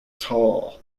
tall